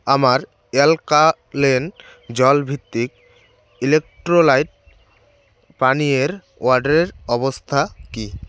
আমার অ্যালকালেন জলভিত্তিক ইলেকট্রোলাইট পানীয়ের অর্ডারের অবস্থা কী